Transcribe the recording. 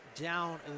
Down